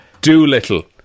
Doolittle